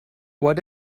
what